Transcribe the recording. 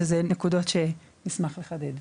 אלה נקודות שנשמח לחדד.